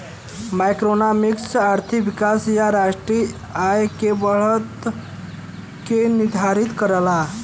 macroeconomics आर्थिक विकास या राष्ट्रीय आय में बढ़त के निर्धारित करला